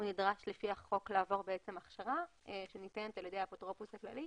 הוא נדרש לפי החוק לעבור הכשרה שניתנת על ידי האפוטרופוס הכללי.